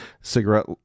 cigarette